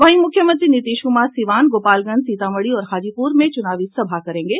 वहीं मुख्यमंत्री नीतीश कुमार सीवान गोपालगंज सीतामढ़ी और हाजीपुर में चुनावी सभा करेंगे